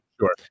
Sure